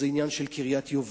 זה עניין של קריית-היובל,